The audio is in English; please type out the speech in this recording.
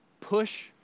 push